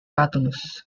catullus